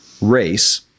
race